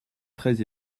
très